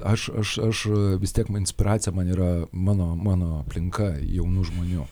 aš aš aš vis tiek man inspiracija man yra mano mano aplinka jaunų žmonių